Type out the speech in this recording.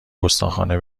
گستاخانه